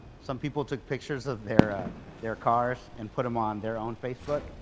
some people took pictures of their ah their cars and put them on their own facebook.